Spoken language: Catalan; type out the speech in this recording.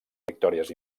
victòries